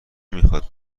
میخواد